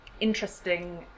interesting